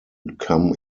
come